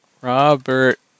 Robert